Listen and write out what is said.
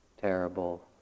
terrible